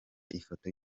ifoto